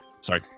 Sorry